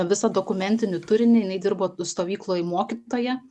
visą dokumentinį turinį jinai dirbo stovykloj mokytoja